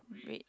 red